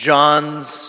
John's